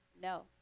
No